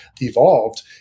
evolved